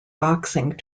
boxing